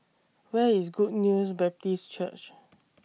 Where IS Good News Baptist Church